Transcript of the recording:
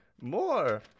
more